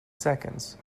seconds